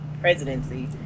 presidency